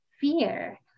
fear